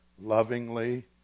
lovingly